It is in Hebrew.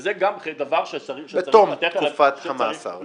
וזה גם דבר שצריך לתת עליו --- בתום תקופת המאסר שישתחרר.